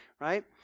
right